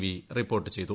V report ചെയ്തു